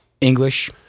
English